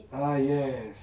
ah yes